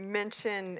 mention